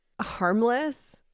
harmless